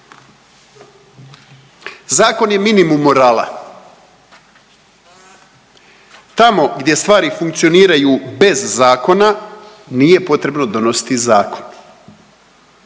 Zakon je minimum morala. Tamo gdje stvari funkcioniraju bez zakona nije potrebno donositi zakon,